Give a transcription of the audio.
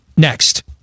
Next